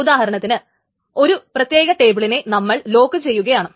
ഉദാഹരണത്തിന് ഒരു പ്രത്യേക ടേബിളിനെ നമ്മൾ ലോക്കു ചെയ്യുകയാണ്